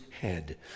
head